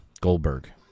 Goldberg